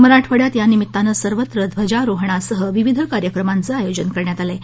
मराठवाङ्यात या निमित्तानं सर्वत्र ध्वजारोहणासह विविध कार्यक्रमांचं आयोजन करण्यात आलं आहे